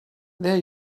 there